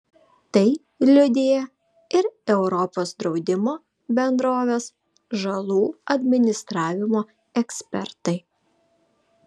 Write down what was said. tai liudija ir europos draudimo bendrovės žalų administravimo ekspertai